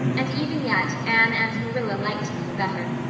and even yet anne and marilla liked him the better.